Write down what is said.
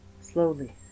Slowly